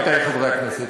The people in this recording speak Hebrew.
עמיתי חברי הכנסת,